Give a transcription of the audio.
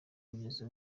kugeza